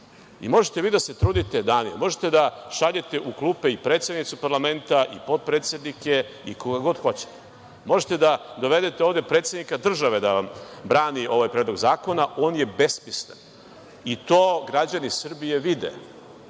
Možete vi da se trudite danima, možete da šaljete u klupe i predsednicu parlamenta i potpredsednike i koga god hoćete, možete da dovedete ovde predsednika države da brani ovaj predlog zakona, on je besmislen i to građani Srbije vide. Pošto